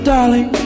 Darling